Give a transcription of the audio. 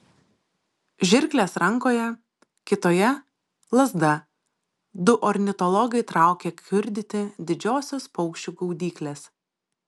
žirklės rankoje kitoje lazda du ornitologai traukia kiurdyti didžiosios paukščių gaudyklės